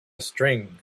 string